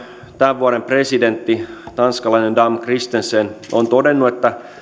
tämän vuoden presidentti tanskalainen dam kristensen on todennut että